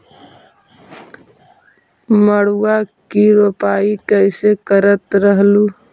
मड़उआ की रोपाई कैसे करत रहलू?